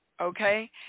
okay